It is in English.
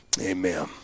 Amen